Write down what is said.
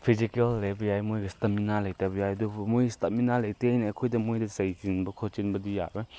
physical ꯂꯩꯕ ꯌꯥꯏ ꯃꯣꯏꯒꯤ ꯏꯁꯇꯦꯃꯤꯅꯥ ꯂꯩꯇꯕ ꯌꯥꯏ ꯑꯗꯨꯕꯨ ꯃꯣꯏ ꯏꯁꯇꯦꯃꯤꯅꯥ ꯂꯩꯇꯦꯅ ꯑꯩꯈꯣꯏꯗ ꯃꯣꯏꯗ ꯆꯩꯁꯤꯟꯕ ꯈꯣꯠꯆꯤꯟꯕꯗꯤ ꯌꯥꯔꯣꯏ